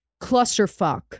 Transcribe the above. clusterfuck